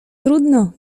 trudno